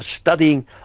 studying